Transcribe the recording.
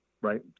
right